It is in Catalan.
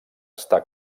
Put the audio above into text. està